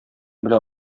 белә